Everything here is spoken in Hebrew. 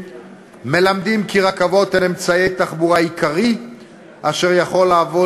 מלמדים כי רכבות הן אמצעי התחבורה העיקרי אשר יכול להוות